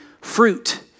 fruit